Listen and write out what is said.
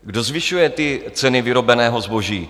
Kdo zvyšuje ceny vyrobeného zboží?